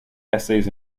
essays